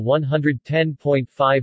110.5